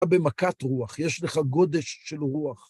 אתה במכת רוח, יש לך גודש של רוח.